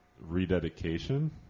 rededication